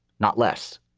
not less.